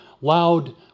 loud